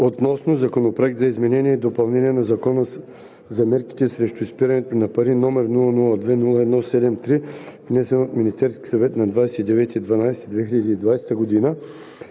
относно Законопроект за изменение и допълнение на Закона за мерките срещу изпирането на пари, № 002-01-73, внесен от Министерския съвет на 29 декември